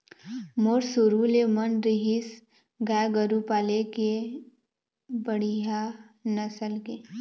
मोर शुरु ले मन रहिस गाय गरु पाले के बने बड़िहा नसल के